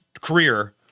career